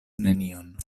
nenion